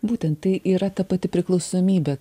būtent yra ta pati priklausomybė